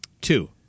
Two